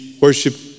worship